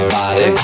body